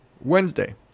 Wednesday